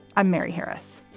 i'm mary harris.